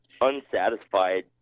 unsatisfied